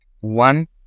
one